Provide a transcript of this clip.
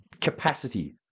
Capacity